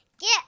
Get